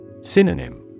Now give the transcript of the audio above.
Synonym